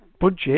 budget